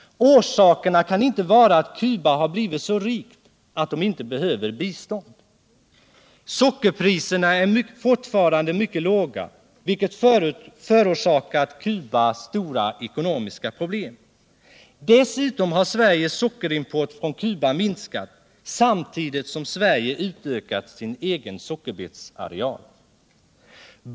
Orsakerna kan inte vara att Cuba har blivit så rikt att det inte behöver bistånd. Sockerpriserna är fortfarande mycket låga, vilket förorsakat Cuba stora ekonomiska problem. Dessutom har Sveriges sockerimport från Cuba minskat samtidigt som Sverige utökat sin egen sockerbetsareal.